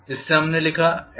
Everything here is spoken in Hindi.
जिससे हमने लिखा NddiL